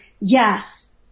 yes